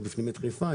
את חיפה,